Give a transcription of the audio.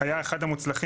שהיה אחד המוצלחים,